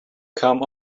come